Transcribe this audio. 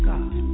God